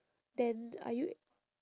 then are you a~